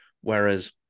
whereas